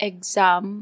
Exam